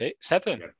seven